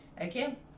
okay